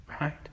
Right